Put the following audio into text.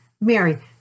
Mary